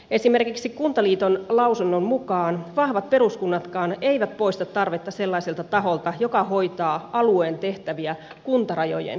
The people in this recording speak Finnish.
esimerkiksi kuntaliiton lausunnon mukaan vahvat peruskunnatkaan eivät poista tarvetta sellaiselta taholta joka hoitaa alueen tehtäviä kuntarajojen yli